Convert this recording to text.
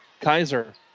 Kaiser